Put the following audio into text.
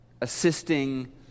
assisting